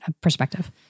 perspective